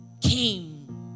came